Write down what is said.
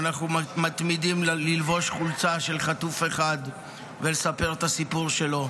אנחנו מתמידים ללבוש חולצה של חטוף אחד ולספר את הסיפור שלו.